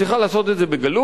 היא צריכה לעשות את זה בגלוי,